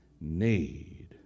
need